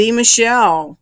michelle